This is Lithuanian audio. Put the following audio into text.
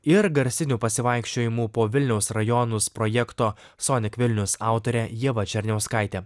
ir garsinių pasivaikščiojimų po vilniaus rajonus projekto sonik vilnius autorė ieva černiauskaitė